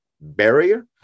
barrier